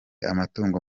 amatungo